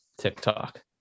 TikTok